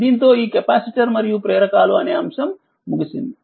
దీంతోఈకెపాసిటర్ మరియు ప్రేరకాలు అంశం ముగిసింది